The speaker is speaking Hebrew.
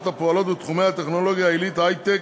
הפועלות בתחומי הטכנולוגיה העילית (היי-טק),